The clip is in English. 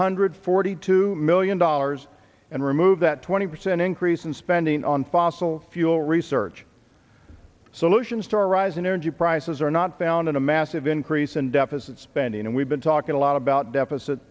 hundred forty two million dollars and remove that twenty percent increase in spending on fossil fuel research solutions to our rising energy prices are not found in a massive increase in deficit spending and we've been talking a lot about deficit